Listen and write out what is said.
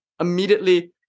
immediately